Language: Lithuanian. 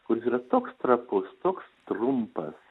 kuris yra toks trapus toks trumpas